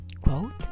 quote